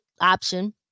option